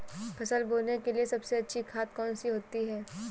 फसल बोने के लिए सबसे अच्छी खाद कौन सी होती है?